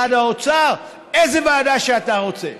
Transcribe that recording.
משרד האוצר, איזו ועדה שאתה רוצה.